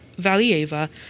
Valieva